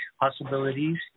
possibilities